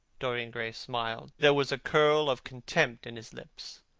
dorian gray smiled. there was a curl of contempt in his lips.